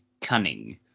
cunning